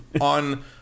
on